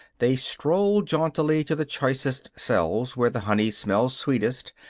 they stroll jauntily to the choicest cells, where the honey smells sweetest,